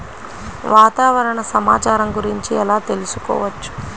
వాతావరణ సమాచారం గురించి ఎలా తెలుసుకోవచ్చు?